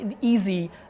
easy